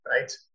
right